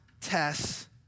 tests